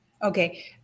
Okay